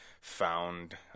found